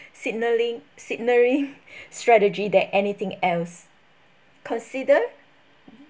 signaling signaling strategy that anything else consider